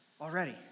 already